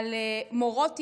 היה על מורות היל"ה,